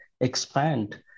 expand